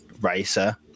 Racer